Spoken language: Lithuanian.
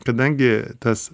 kadangi tas